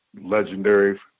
legendary